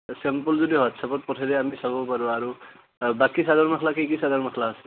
sample যদি হোৱাতছ্আপত পঠাই দিয়ে আমি চাব পাৰোঁ আৰু বাকী চাদৰ মেখেলা কি কি চাদৰ মেখেলা আছে